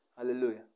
Hallelujah